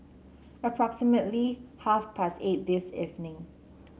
approximately half past eight this evening